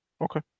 Okay